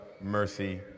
mercy